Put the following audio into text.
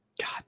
God